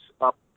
up